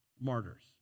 martyrs